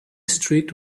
street